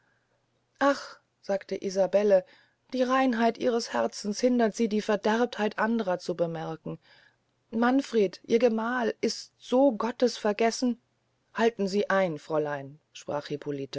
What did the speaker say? ach sagte isabelle die reinheit ihres herzens hindert sie die verderbtheit andrer zu bemerken manfred ihr gemahl ist so gottes vergessen halten sie ein fräulein sprach